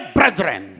brethren